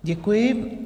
Děkuji.